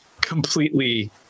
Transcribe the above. completely